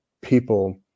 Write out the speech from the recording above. people